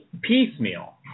piecemeal